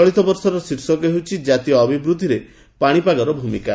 ଚଳିତବର୍ଷର ଶୀର୍ଷକ ହେଉଛି ଜାତୀୟ ଅଭିବୃଦ୍ଧିରେ ପାଣିପାଗର ଭୂମିକା